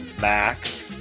Max